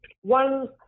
one